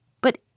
But